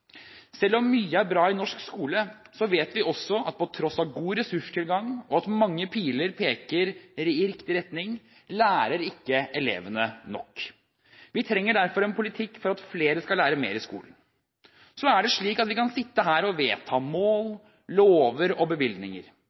Selv om mye er bra i norsk skole, vet vi også at på tross av god ressurstilgang og mange piler som peker i riktig retning, lærer ikke elevene nok. Vi trenger derfor en politikk for at flere skal lære mer i skolen. Så er det slik at vi kan sitte her og vedta mål, lover og bevilgninger.